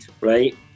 right